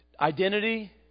Identity